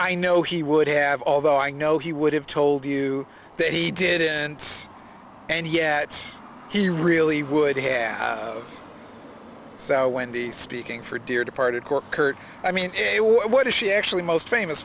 i know he would have although i know he would have told you that he did and and yet he really would have sour when the speaking for dear departed court kurt i mean what is she actually most famous